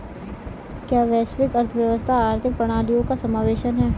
क्या वैश्विक अर्थव्यवस्था आर्थिक प्रणालियों का समावेशन है?